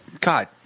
god